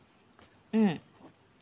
mm